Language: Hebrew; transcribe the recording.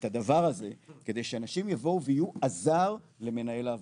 את הדבר הזה כדי שאנשים יבואו ויהיו עזר למנהל העבודה,